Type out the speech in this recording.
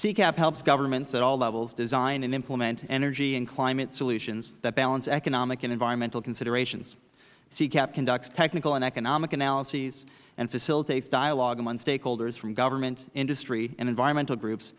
ccap helps governments at all levels design and implement energy and climate solutions that balance economic and environmental considerations ccap conducts technical and economic analyses and facilitates dialogue among stakeholders from government industry and environmental groups